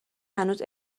هنوز